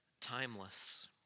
timeless